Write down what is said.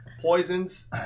Poisons